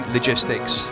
Logistics